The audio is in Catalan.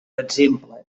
exemple